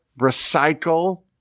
Recycle